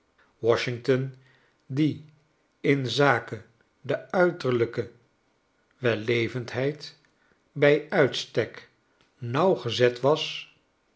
washington die in zake de uiterlijke wellevendheid bij uitstek nauwgezet was